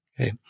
Okay